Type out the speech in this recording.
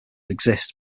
exist